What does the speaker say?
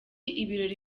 ibirori